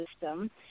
system